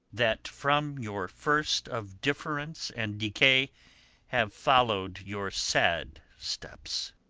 that from your first of difference and decay have follow'd your sad steps.